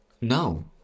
No